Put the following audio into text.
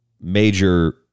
major